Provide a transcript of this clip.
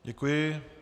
Děkuji.